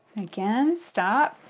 again stop,